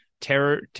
terror